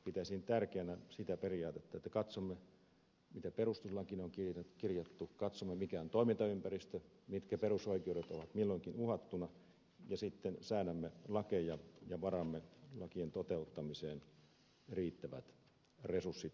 pitäisin tärkeänä sitä periaatetta että katsomme mitä perustuslakiin on kirjattu katsomme mikä on toimintaympäristö mitkä perusoikeudet ovat milloinkin uhattuna ja sitten säädämme lakeja ja varaamme lakien toteuttamiseen riittävät resurssit